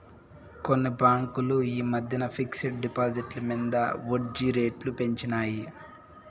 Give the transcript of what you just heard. కొన్ని బాంకులు ఈ మద్దెన ఫిక్స్ డ్ డిపాజిట్ల మింద ఒడ్జీ రేట్లు పెంచినాయి